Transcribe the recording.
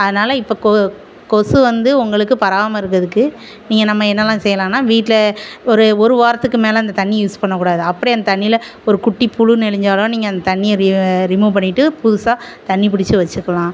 அதனால இப்போ கொ கொசு வந்து உங்களுக்கு பரவாமல் இருக்கிறதுக்கு நீங்கள் நம்ம என்னலாம் செய்லாம்னா வீட்டில் ஒரு ஒரு வாரத்துக்கு மேல அந்த தண்ணியை யூஸ் பண்ணக்கூடாது அப்படி அந்த தண்ணியில் ஒரு குட்டி புழு நெழிஞ்சாலும் நீங்கள் அந்த தண்ணியை ரி ரிமூவ் பண்ணிட்டு புதுசாக தண்ணி பிடிச்சி வச்சிக்கலாம்